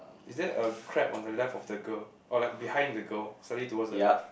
is there a crab on the left of the girl or like behind the girl slightly towards the left